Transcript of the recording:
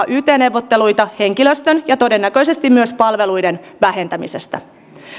yt neuvotteluita henkilöstön ja todennäköisesti myös palveluiden vähentämisestä